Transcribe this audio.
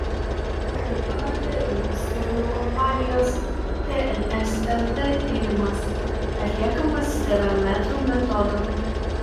tai parodė rinkos tyrimų kompanijos tns lt tyrimas atliekamas tv metrų metodu